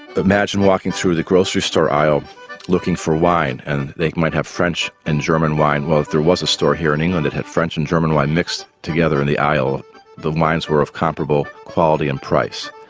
imagine walking through the grocery store aisle looking for wine and they might have french and german wine. well if there was a store here in england who had french and german wine mixed together in the aisle the wines were of comparable quality and price.